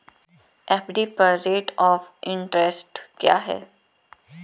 FD पर rate of interest क्या है?